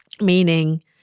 meaning